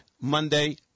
Monday